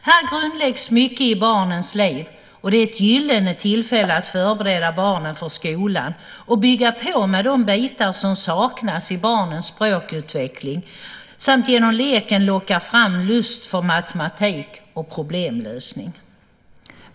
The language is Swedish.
Här grundläggs mycket i barnens liv, och det är ett gyllene tillfälle att förbereda barnen för skolan och bygga på med de bitar som saknas i barnens språkutveckling samt genom leken locka fram lust för matematik och problemlösning.